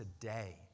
today